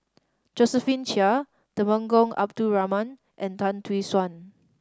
Josephine Chia Temenggong Abdul Rahman and Tan Tee Suan